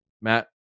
Matt